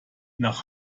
nach